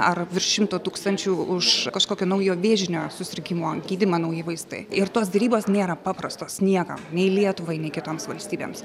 ar virš šimto tūkstančių už kažkokio naujo vėžinio susirgimo gydymą nauji vaistai ir tos derybos nėra paprastos niekam nei lietuvai nei kitoms valstybėms